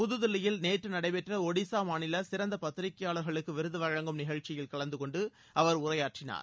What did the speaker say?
புதுதில்லியில் நேற்று நடைபெற்ற ஒடிசா மாநில சிறந்த பத்திரிகையாளர்களுக்கு விருது வழங்கும் நிகழ்ச்சியில் கலந்து கொண்டு அவர் உரையாற்றினார்